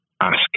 Ask